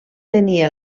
tenir